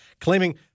claiming